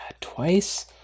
twice